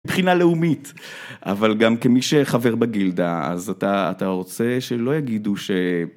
מבחינה לאומית אבל גם כמי שחבר בגילדה אז אתה רוצה שלא יגידו